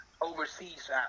overseas